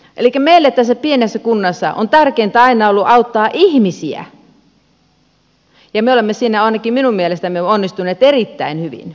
elikkä meille tässä pienessä kunnassa on tärkeintä aina ollut auttaa ihmisiä ja me olemme siinä ainakin minun mielestäni onnistuneet erittäin hyvin